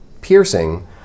piercing